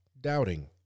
doubting